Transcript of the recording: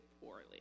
poorly